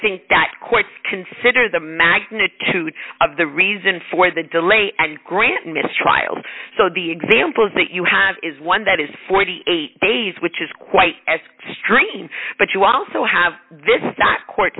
think that quite consider the magnitude of the reason for the delay and grant mistrial so the examples that you have is one that is forty eight days which is quite as stream but you also have this court